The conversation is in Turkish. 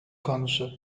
konusu